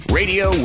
radio